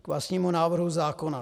K vlastnímu návrhu zákona.